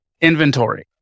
inventory